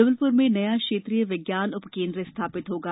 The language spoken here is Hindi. जबलप्र में नया क्षेत्रीय विज्ञान उपकेंद्र स्थापित होगा